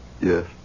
Yes